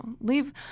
Leave